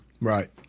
Right